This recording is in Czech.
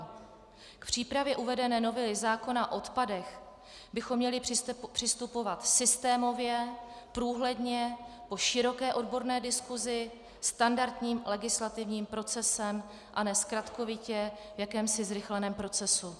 K přípravě uvedené novely zákona o odpadech bychom měli přistupovat systémově, průhledně, po široké odborné diskusi, standardním legislativním procesem, a ne zkratkovitě v jakémsi zrychleném procesu.